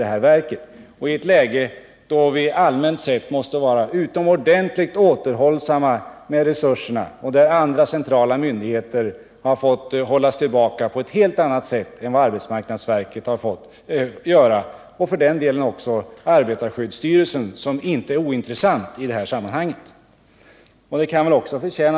Vi har gjort det i ett läge då vi allmänt sett måste vara utomordentligt återhållsamma med resurser, och alla andra centrala myndigheter har fått hållas tillbaka på ett helt annat sätt än arbetsmarknadsverket har fått göra — och för den delen även arbetarskyddsstyrelsen som inte är ointressant i detta sammanhang och som också fått en god resursförstärkning.